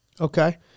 Okay